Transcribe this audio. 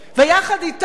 יחד אתם,